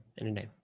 Anytime